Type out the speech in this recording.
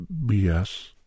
BS